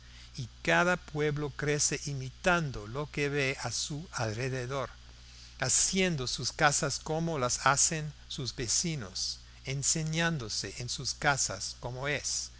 y cada pueblo crece imitando lo que ve a su alrededor haciendo sus casas como las hacen sus vecinos enseñándose en sus casas como es